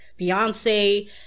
Beyonce